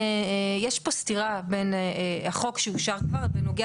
יש פה סתירה בין החוק שאושר כבר בנוגע